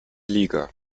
liga